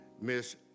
Miss